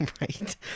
Right